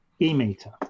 e-meter